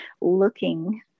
looking